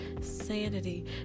sanity